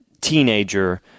teenager